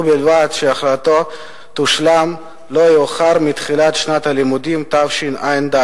ובלבד שהחלתו תושלם לא יאוחר מתחילת שנת הלימודים התשע"ד.